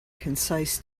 concise